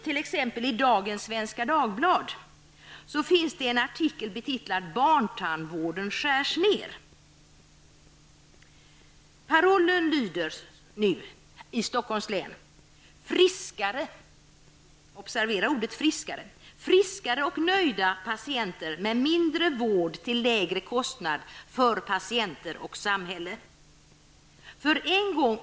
I dagens Svenska Dagbladet finns en artikel betitlad Barntandvården skärs ner. Parollen i Stockholms län lyder nu: ''Friskare'' -- observera ordet friskare -- ''och nöjda patienter med mindre vård till lägre kostnad för patienter och samhälle''.